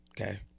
okay